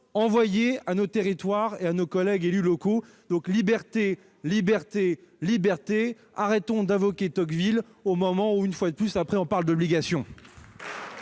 adresser à nos territoires et à nos collègues élus locaux. Liberté, liberté, liberté ! Cessons d'invoquer Tocqueville alors que, une fois de plus, on parle d'obligation